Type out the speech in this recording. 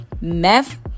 meth